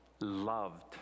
loved